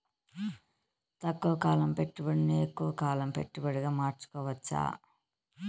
తక్కువ కాలం పెట్టుబడిని ఎక్కువగా కాలం పెట్టుబడిగా మార్చుకోవచ్చా?